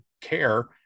care